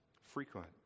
Frequent